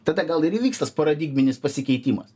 tada gal ir įvyks tas paradigminis pasikeitimas